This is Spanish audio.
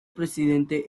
presidente